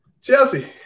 Chelsea